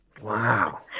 Wow